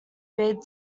bid